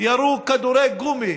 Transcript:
ירו כדורי גומי